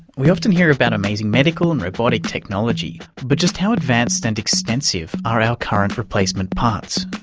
we often hear about amazing medical and robotic technology, but just how advanced and extensive are our current replacement parts?